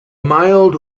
mild